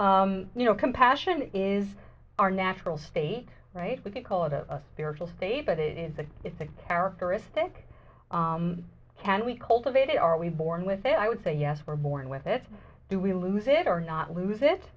so you know compassion is our natural state right we can call it a spiritual state but it is a is that characteristic can we cultivated are we born with it i would say yes we're born with it do we lose it or not lose it